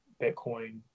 Bitcoin